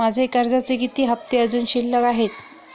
माझे कर्जाचे किती हफ्ते अजुन शिल्लक आहेत?